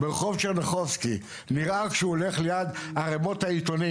ברחוב טשרנחובסקי נראה כשהוא הולך ליד ערמות העיתונים